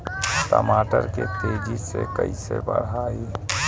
टमाटर के तेजी से कइसे बढ़ाई?